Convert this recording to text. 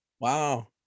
wow